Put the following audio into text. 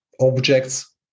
objects